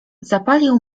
zapalił